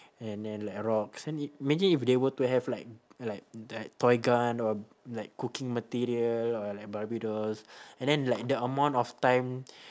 and then like rocks and i~ imagine if they were to have like like like toy gun or like cooking material or like barbie dolls and then like the amount of time